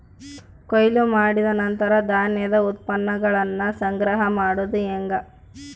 ಕೊಯ್ಲು ಮಾಡಿದ ನಂತರ ಧಾನ್ಯದ ಉತ್ಪನ್ನಗಳನ್ನ ಸಂಗ್ರಹ ಮಾಡೋದು ಹೆಂಗ?